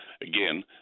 again